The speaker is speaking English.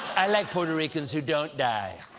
i like puerto ricans who don't die.